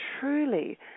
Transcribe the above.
truly